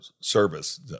service